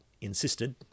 insisted